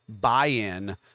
buy-in